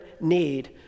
need